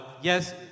yes